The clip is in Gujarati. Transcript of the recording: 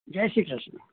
જય શ્રી કૃષ્ણ